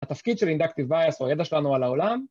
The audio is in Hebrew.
‫התפקיד של inductive bias ‫הוא הידע שלנו על העולם.